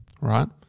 right